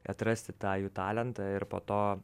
atrasti tą jų talentą ir po to